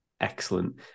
Excellent